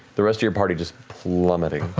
the rest of your party just plummeting.